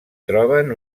troben